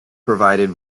provided